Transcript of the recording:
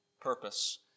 purpose